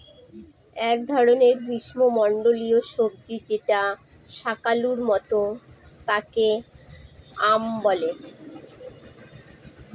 এক ধরনের গ্রীস্মমন্ডলীয় সবজি যেটা শাকালুর মত তাকে য়াম বলে